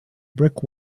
brick